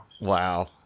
Wow